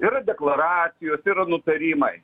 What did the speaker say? yra deklaracijos yra nutarimai